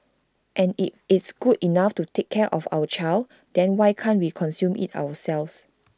and if it's good enough to take care of our child then why can't we consume IT ourselves